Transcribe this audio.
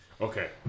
okay